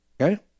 Okay